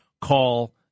call